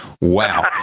wow